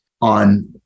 on